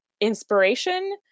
inspiration